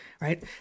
right